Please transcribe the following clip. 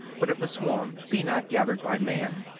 but if the swarm be not gathered by man,